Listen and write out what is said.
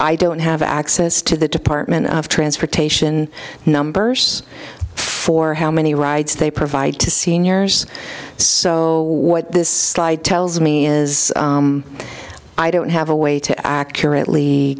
i don't have access to the department of transportation numbers for how many rides they provide to seniors so what this tells me is i don't have a way to accurately